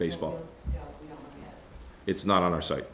baseball it's not on our si